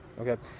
Okay